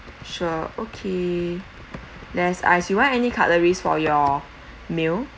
sure okay less ice you want any cutleries for your meal